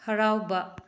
ꯍꯔꯥꯎꯕ